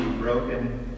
broken